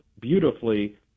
beautifully